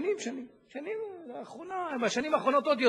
התשע"ב 2011, שהחזירה ועדת העבודה,